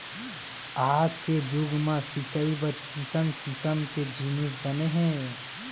आज के जुग म सिंचई बर किसम किसम के जिनिस बने हे